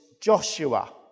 Joshua